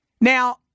Now